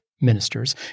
ministers